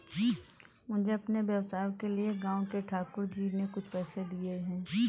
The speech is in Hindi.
मुझे अपने व्यवसाय के लिए गांव के ठाकुर जी ने कुछ पैसे दिए हैं